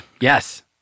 Yes